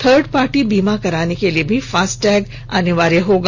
third party बीमा कराने के लिए भी फास्टैग अनिवार्य किया जाएगा